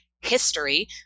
history